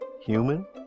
human